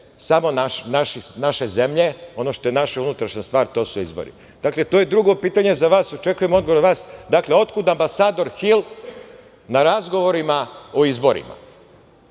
samo naše zemlje, ono što je naša unutrašnja stvar, a to su izbori? Dakle, to je drugo pitanje za vas. Očekujem odgovor od vas, dakle, otkud ambasador Hil na razgovorima o izborima? Sad